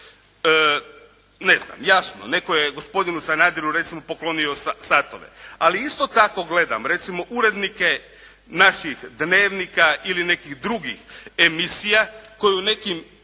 Ne znam, jasno netko je gospodinu Sanaderu recimo poklonio satove. Ali isto tako gledam recimo urednike naših dnevnika ili nekih drugih emisija koji u nekim